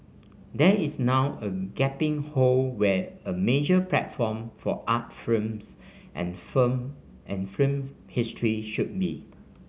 there is now a gaping hole where a major platform for art films and film and film history should be